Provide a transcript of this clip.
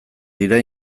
dira